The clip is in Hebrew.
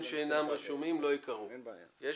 שאינם רשומים" לא ייקראו," אין בעיה.